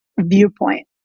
viewpoint